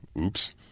Oops